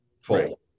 full